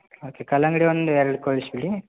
okay ಕಲ್ಲಂಗಡಿ ಒಂದು ಎರಡು ಕಳ್ಸಿ ಬಿಡಿ